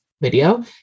video